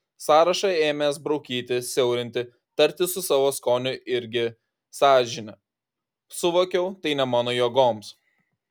sąrašą ėmęs braukyti siaurinti tartis su savo skoniu irgi sąžine suvokiau tai ne mano jėgoms